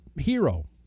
hero